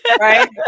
right